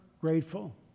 grateful